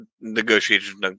negotiations